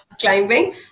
climbing